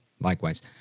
Likewise